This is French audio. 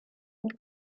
une